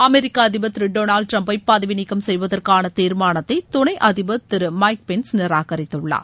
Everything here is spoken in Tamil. அமெரிக்க அதிபர் திரு டொனாவ்டு டிரம்பை பதவி நீக்கம் செய்வதற்கான தீர்மானத்தை துணை அதிபர் திரு மைக் பென்ஸ் நிராகரித்துள்ளார்